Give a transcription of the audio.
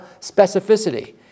specificity